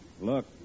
Look